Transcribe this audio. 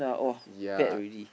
ya